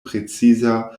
preciza